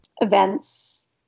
events